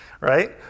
right